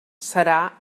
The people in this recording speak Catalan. serà